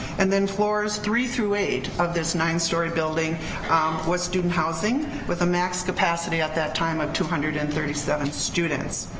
and then floors three through eight, of this nine story building was student housing, with a max capacity, at that time, of two hundred and thirty seven students.